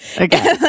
Okay